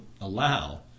allow